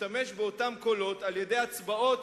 להשתמש באותם קולות על-ידי הצבעות,